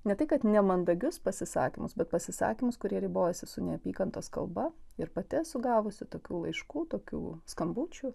ne tai kad nemandagius pasisakymus bet pasisakymus kurie ribojasi su neapykantos kalba ir pati esu gavusi tokių laiškų tokių skambučių